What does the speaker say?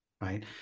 right